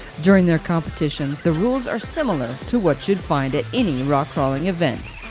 during their competitions the rules are similar to what you'd find at any rock crawling event,